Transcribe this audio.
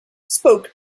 spoke